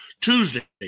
Tuesday